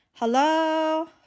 Hello